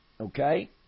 Okay